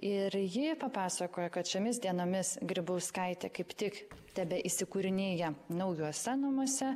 ir ji papasakojo kad šiomis dienomis grybauskaitė kaip tik tebeįsikūrinėja naujuose namuose